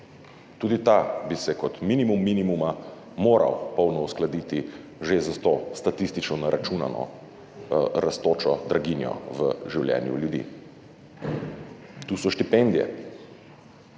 Tudi ta bi se kot minimum minimuma moral polno uskladiti že s to statistično naračunano rastočo draginjo v življenju ljudi. Tu so štipendije,